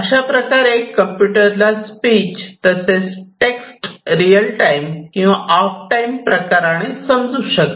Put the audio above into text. अशाप्रकारे कम्प्युटरला स्पीच तसेच टेक्स्ट रियल टाइम किंवा ऑफ टाइम प्रकाराने समजू शकते